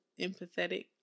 empathetic